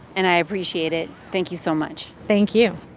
and i appreciate it. thank you so much thank you